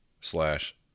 slash